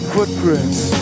Footprints